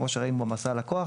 כמו שראינו במסע לקוח,